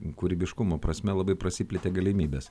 kūrybiškumo prasme labai prasiplėtė galimybės